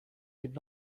could